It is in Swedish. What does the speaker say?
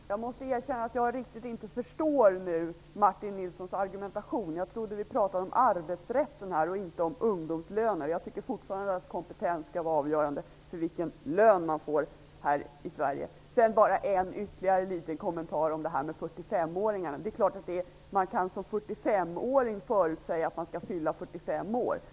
Herr talman! Jag måste erkänna att jag inte riktigt förstår Martin Nilssons argumentation. Jag trodde att vi pratade om arbetsrätten och inte om ungdomslöner. Jag tycker fortfarande att kompetens skall vara avgörande för lönen här i Sedan bara ytterligare en liten kommentar till detta med 45-åringarna. Det är klart att man som 45 åring kan förutsäga att man skall fylla 45 år.